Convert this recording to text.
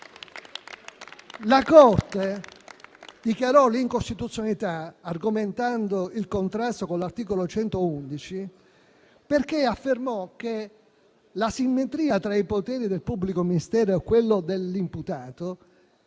La Corte dichiarò l'incostituzionalità argomentando il contrasto con l'articolo 111, perché affermò che la simmetria tra i poteri del pubblico ministero e quelli dell'imputato, vietando